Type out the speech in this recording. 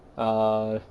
err